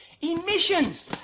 emissions